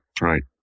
right